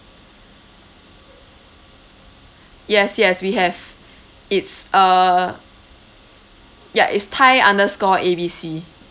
yes yes we have it's uh ya it's thai underscore A B C